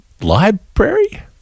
library